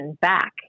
back